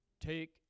Take